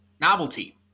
Novelty